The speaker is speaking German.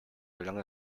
gelang